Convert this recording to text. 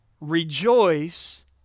rejoice